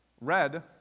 Red